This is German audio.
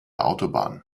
autobahn